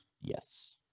Yes